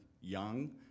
young